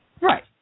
Right